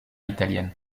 italienne